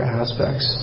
aspects